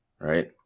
right